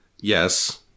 Yes